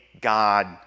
God